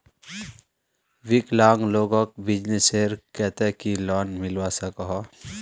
विकलांग लोगोक बिजनेसर केते की लोन मिलवा सकोहो?